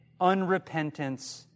unrepentance